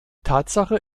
tatsache